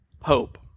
hope